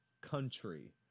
country